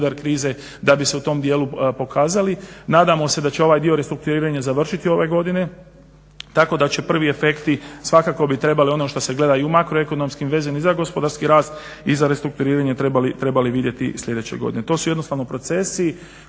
da bi se u tom dijelu pokazali. Nadamo se da će ovaj dio restrukturiranja završiti ove godine, tako da će prvi efekti svakako bi trebali ono što se gleda i u makro ekonomskim vezama i za gospodarski rast i za restrukturiranje trebali vidjeti sljedeće godine. To su jednostavno procesi